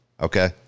Okay